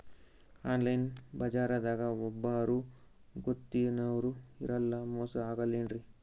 Online ಬಜಾರದಾಗ ಒಬ್ಬರೂ ಗೊತ್ತಿನವ್ರು ಇರಲ್ಲ, ಮೋಸ ಅಗಲ್ಲೆನ್ರಿ?